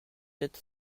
être